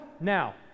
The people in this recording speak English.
now